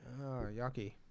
yucky